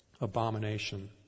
abomination